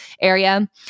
area